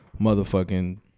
motherfucking